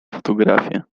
fotografię